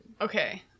Okay